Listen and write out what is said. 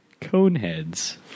Coneheads